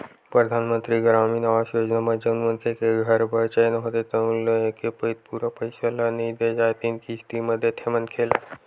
परधानमंतरी गरामीन आवास योजना म जउन मनखे के घर बर चयन होथे तउन ल एके पइत पूरा पइसा ल नइ दे जाए तीन किस्ती म देथे मनखे ल